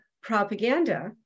propaganda